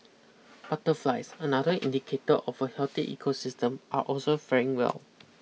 butterflies another indicator of a healthy ecosystem are also faring well